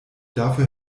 dafür